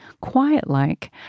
Quiet-like